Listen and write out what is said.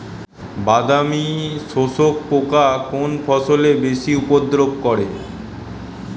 বাদামি শোষক পোকা কোন ফসলে বেশি উপদ্রব করে?